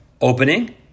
opening